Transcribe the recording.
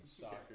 Soccer